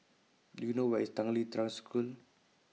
Do YOU know Where IS Tanglin Trust School